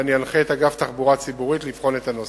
ואני אנחה את אגף תחבורה ציבורית לבחון את הנושא.